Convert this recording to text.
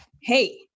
Hey